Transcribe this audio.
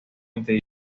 interior